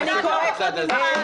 אני יודעת לא פחות ממך --- סליחה,